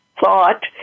thought